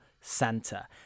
Santa